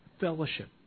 Fellowship